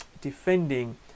defending